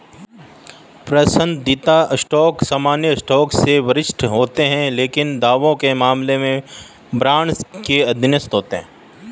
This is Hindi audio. पसंदीदा स्टॉक सामान्य स्टॉक से वरिष्ठ होते हैं लेकिन दावों के मामले में बॉन्ड के अधीनस्थ होते हैं